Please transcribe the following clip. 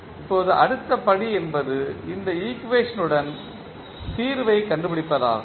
இப்போது அடுத்த படி என்பது இந்த ஈக்குவேஷன்ட்ன் தீர்வைக் கண்டுபிடிப்பதாகும்